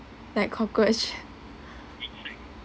like cockroach